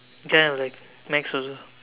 kind of like maths also